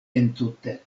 entute